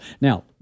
now